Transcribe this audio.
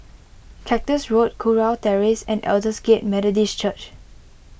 Cactus Road Kurau Terrace and Aldersgate Methodist Church